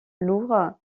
lourd